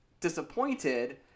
disappointed